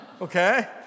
Okay